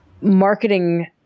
marketing